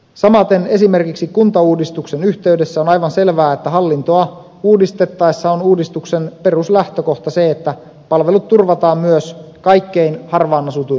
samaten esimerkiksi kuntauudistuksen yhteydessä on aivan selvää että hallintoa uudistettaessa on uudistuksen peruslähtökohta se että palvelut turvataan myös kaikkein harvimmin asutuilla alueilla